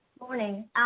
morning